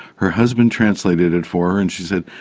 her husband translated it for her and she said,